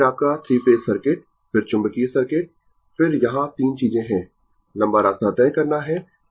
फिर आपका 3 phase circuit फिर चुंबकीय सर्किट फिर यहाँ 3 चीजें है लंबा रास्ता तय करना है